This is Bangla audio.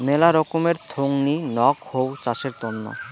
মেলা রকমের থোঙনি নক হউ চাষের তন্ন